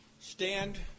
stand